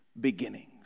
beginnings